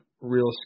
real